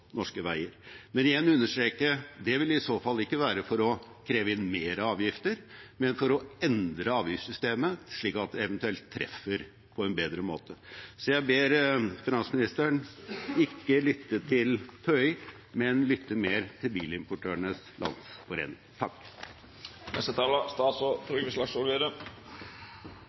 norske veier. Men jeg vil igjen understreke: Det vil i så fall ikke være for å kreve inn mer avgifter, men for å endre avgiftssystemet, slik at det eventuelt treffer på en bedre måte. Så jeg ber finansministeren ikke lytte til TØI, men lytte mer til Bilimportørenes Landsforening.